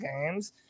games